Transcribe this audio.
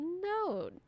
no